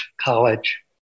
College